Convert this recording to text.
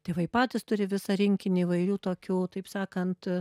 tėvai patys turi visą rinkinį įvairių tokių taip sakant